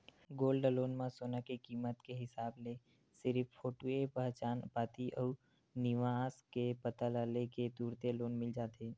gold loan म सोना के कीमत के हिसाब ले सिरिफ फोटूए पहचान पाती अउ निवास के पता ल ले के तुरते लोन मिल जाथे